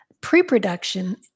pre-production